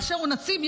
באשר הוא נציב,